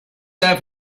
have